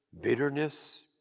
bitterness